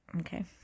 Okay